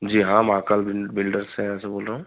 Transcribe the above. जी हाँ महाकाल बिल बिल्डर्स से हाँ से बोल रहा हूँ